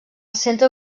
centre